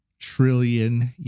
trillion